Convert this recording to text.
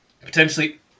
potentially